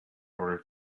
order